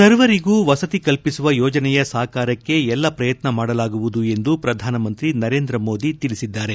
ಸರ್ವರಿಗೂ ವಸತಿ ಕಲ್ಪಿಸುವ ಯೋಜನೆಯ ಸಾಕಾರಕ್ಕೆ ಎಲ್ಲ ಪ್ರಯತ್ನ ಮಾಡಲಾಗುವುದು ಎಂದು ಪ್ರಧಾನಮಂತ್ರಿ ನರೇಂದ್ರ ಮೋದಿ ತಿಳಿಸಿದ್ದಾರೆ